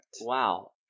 Wow